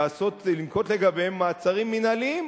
לנקוט לגביהם מעצרים מינהליים,